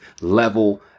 level